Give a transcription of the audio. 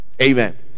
Amen